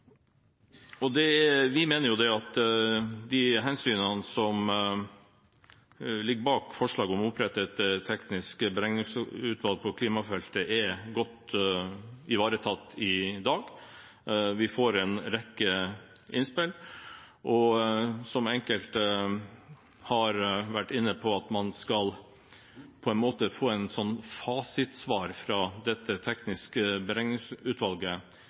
Vi mener at de hensynene som ligger bak forslaget om å opprette et teknisk beregningsutvalg på klimafeltet, er godt ivaretatt i dag. Vi får en rekke innspill. Enkelte har vært inne på at man på en måte skal få et fasitsvar fra dette tekniske beregningsutvalget.